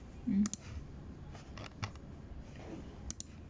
mm